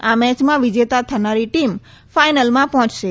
આ મેચમાં વિજેતા થનારી ટીમ ફાઈનલમાં પહોંચશે